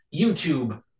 youtube